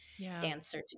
dancer